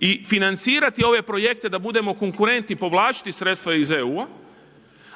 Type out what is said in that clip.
i financirati ove projekte da budemo konkurentni, povlačiti sredstva iz EU,